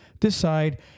Decide